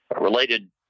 related